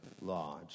lodge